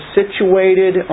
situated